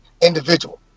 individual